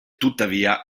tuttavia